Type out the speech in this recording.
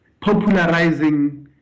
popularizing